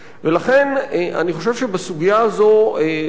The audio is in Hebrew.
לכן אני חושב שגם בסוגיה הזאת חייבת